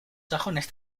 sajones